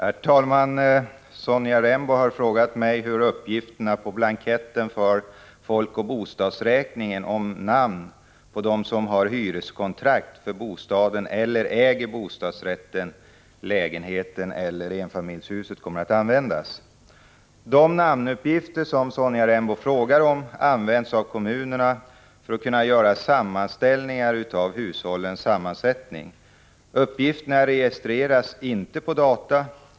Herr talman! Sonja Rembo har frågat mig hur uppgifterna på blanketten för folkoch bostadsräkningen om namn på den/de som har hyreskontrakt för bostaden eller äger bostadsrätten, lägenheten eller enfamiljshuset kommer att användas. De namnuppgifter som Sonja Rembo frågar om används av kommunerna för att de skall kunna göra sammanställningar av hushållens sammansättning. Uppgifterna registreras inte på data.